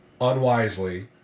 unwisely